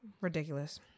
Ridiculous